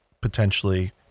potentially